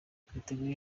twiteguye